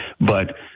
But-